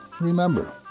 remember